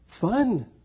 fun